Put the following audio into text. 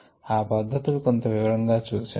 ఆ పద్ధతులు కొంత వివరంగా చుసాము